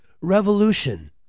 Revolution